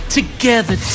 together